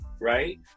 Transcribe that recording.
Right